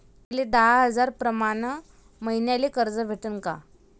मले दहा हजार प्रमाण मईन्याले कर्ज भेटन का?